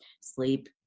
sleep